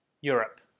Europe